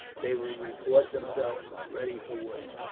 they would report themselves as ready for work.